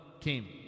came